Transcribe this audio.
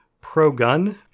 pro-gun